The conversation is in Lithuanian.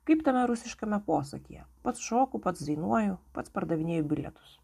kaip tame rusiškame posakyje pats šoku pats dainuoju pats pardavinėju bilietus